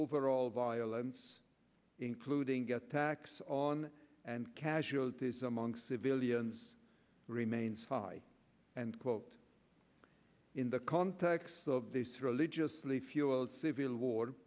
overall violence including get tax on and casualties among civilians remains high and quote in the context of this religiously fueled civil war